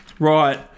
Right